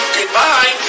Goodbye